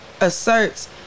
asserts